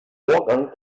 vorgang